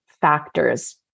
factors